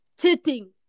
cheating